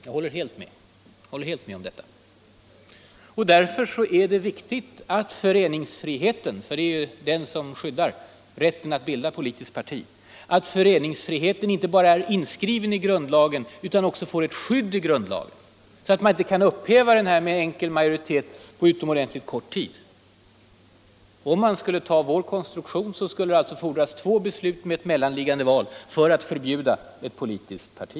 Jag håller helt med om detta. Därför är det viktigt att föreningsfriheten, för det är ju den som skyddar rätten att bilda politiskt parti, inte bara är inskriven i grundlagen utan också får ett skydd i grundlagen, så att man inte kan upphäva den med enkel majoritet på utomordentligt kort tid. Om man skulle Nr 150 ta vår konstruktion, skulle det alltså fordras två beslut med ett mel Fredagen den lanliggande val för att förbjuda ett politiskt parti.